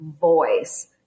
voice